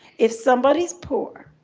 if somebody's poor,